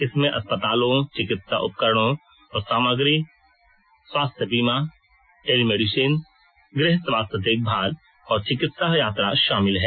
इसमें अस्पतालों चिकित्सा उपकरणों और सामग्री स्वास्थ्य बीमा टेली मेडिसिन गृह स्वास्थ्य देखभाल और चिकित्सा यात्रा शामिल हैं